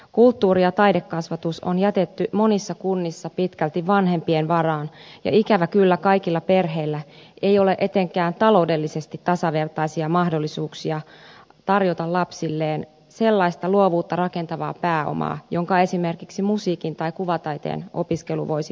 kulttuuri ja taidekasvatus on jätetty monissa kunnissa pitkälti vanhempien varaan ja ikävä kyllä kaikilla perheillä ei ole etenkään taloudellisesti tasavertaisia mahdollisuuksia tarjota lapsilleen sellaista luovuutta rakentavaa pääomaa jonka esimerkiksi musiikin tai kuvataiteen opiskelu voisi tuoda